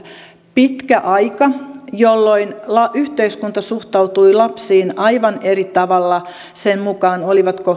pitkä aika jolloin yhteiskunta suhtautui lapsiin aivan eri tavalla sen mukaan olivatko